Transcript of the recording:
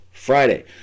Friday